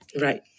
Right